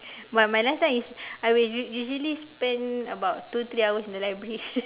but my lunch time is I will usually spend about two three hours in the library